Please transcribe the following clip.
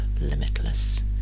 limitless